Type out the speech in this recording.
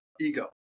ego